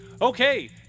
Okay